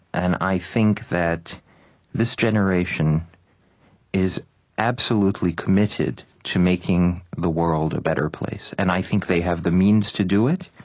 and i think that this generation is absolutely committed to making the world a better place. and i think they have the means to do it.